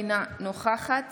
אינה נוכחת